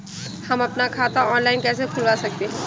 हम अपना खाता ऑनलाइन कैसे खुलवा सकते हैं?